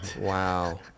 Wow